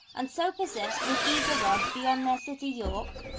and so persist with eager rods beyond their city york.